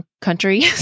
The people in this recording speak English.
country